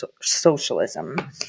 socialism